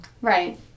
Right